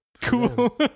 Cool